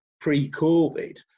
pre-COVID